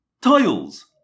Tiles